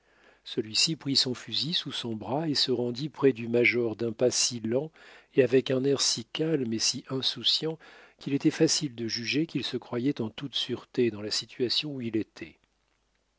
celui-ci prit son fusil sous son bras et se rendit près du major d'un pas si lent et avec un air si calme et si insouciant qu'il était facile de juger qu'il se croyait en toute sûreté dans la situation où il était